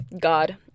God